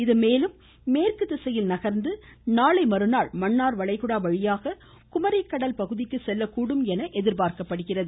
இதுமேலும் மேற்கு திசையில் நகர்ந்து நாளை மறுநாள் மன்னார் வளைகுடா வழியாக குமரிக்கடல் பகுதிக்கு எதிர்பார்க்கப்படுகிறது